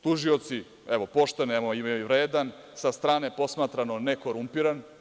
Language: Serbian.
Tužioci, evo - pošten, vredan, sa strane posmatrano nekorumpiran.